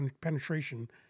penetration